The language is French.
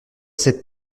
cette